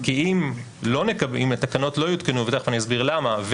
כי אם התקנות לא יותקנו ותכף אני אסביר למה,